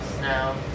now